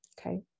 okay